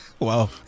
Wow